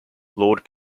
lord